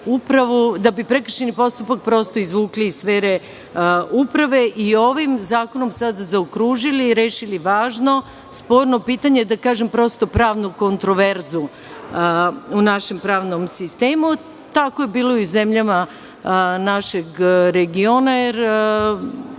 da bi prekršajni postupak prosto izvukli iz sfere uprave i ovim zakonom sada zaokružili i rešili važno, sporno pitanje, da kažem, prosto, pravnu kontroverzu u našem pravnom sistemu. Tako je bilo i u zemljama našeg regiona, jer